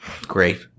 Great